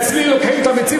אצלי לוקחים את הביצים,